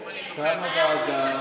אם אני, קמה ועדה, כן.